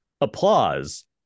applause